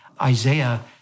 Isaiah